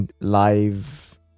live